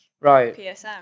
right